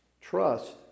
Trust